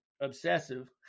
obsessive